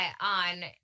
on